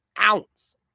ounce